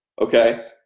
okay